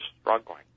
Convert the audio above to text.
struggling